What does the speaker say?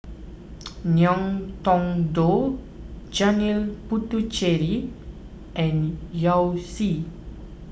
Ngiam Tong Dow Janil Puthucheary and Yao Zi